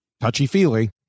touchy-feely